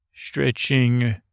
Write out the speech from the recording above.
Stretching